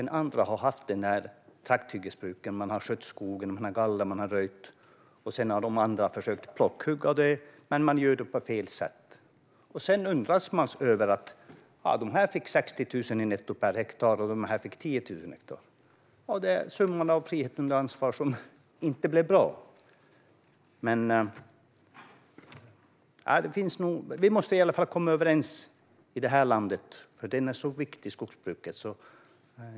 Några har haft trakthyggesbruk. De har skött skogen. De har gallrat. De har röjt. Sedan har andra försökt plockhugga men gjort det på fel sätt. Sedan undrar man över att några fick 60 000 netto per hektar och att andra fick 10 000 per hektar. Ja, det är summan av frihet under ansvar som inte blev bra. Vi måste i alla fall komma överens i det här landet, för skogsbruket är viktigt.